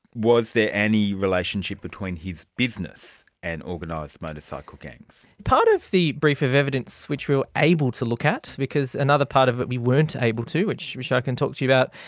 was there any relationship between his business and organised motorcycle gangs? part of the brief of evidence which we were able to look at, because another part of it we weren't able to, which which i can talk to you about,